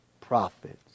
prophets